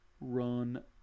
Run